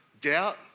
doubt